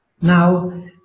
Now